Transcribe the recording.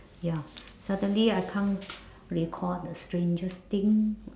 ya suddenly I can't recall the strangest thing